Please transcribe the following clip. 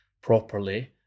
properly